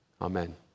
Amen